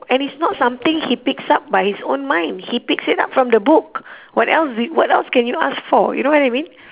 and it's not something he picks up by his own mind he picks it up from the book what else do y~ what else can you ask for you know what I mean